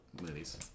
movies